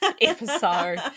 episode